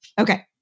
Okay